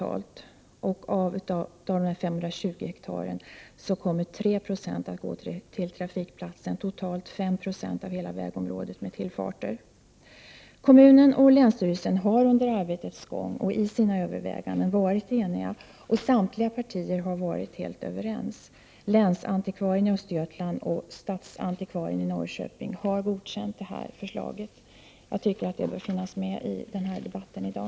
Av dessa 520 ha kommer 3 0 att tas i anspråk för trafikplatsen, och totalt 5 96 för hela vägområdet med tillfarter. Kommunen och länsstyrelsen har under arbetets gång och vid sina överväganden varit eniga, och samtliga partier har varit helt överens. Länsantikvarien i Östergötland och statsantikvarien i Norrköping har också godkänt detta förslag. Jag tycker att detta bör sägas i debatten i dag.